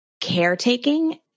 caretaking